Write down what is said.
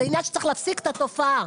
זה עניין שצריך להפסיק את התופעה.